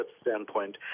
standpoint